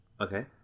okay